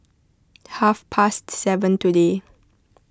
half past seven today